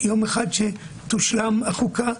ויום אחד תושלם החוקה,